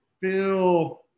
feel